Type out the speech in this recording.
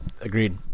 Agreed